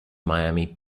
miami